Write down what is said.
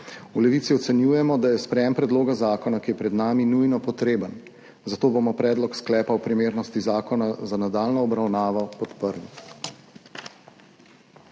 V Levici ocenjujemo, da je sprejetje predloga zakona, ki je pred nami, nujno potrebno, zato bomo predlog sklepa o primernosti zakona za nadaljnjo obravnavo podprli.